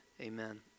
amen